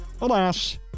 Alas